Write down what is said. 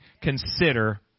consider